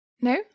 No